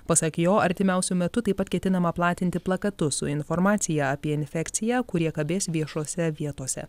pasak jo artimiausiu metu taip pat ketinama platinti plakatus su informacija apie infekciją kurie kabės viešose vietose